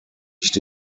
nicht